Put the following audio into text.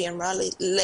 זאת אומרת, זה